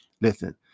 listen